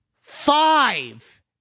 five